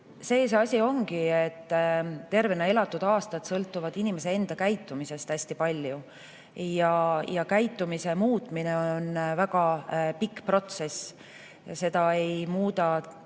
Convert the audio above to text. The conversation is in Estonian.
ongi selles, et tervena elatud aastad sõltuvad inimese enda käitumisest hästi palju. Käitumise muutmine on aga väga pikk protsess ja seda ei muuda